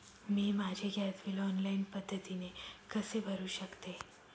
मी माझे gas bill online पद्धतीने कसे भरु शकते?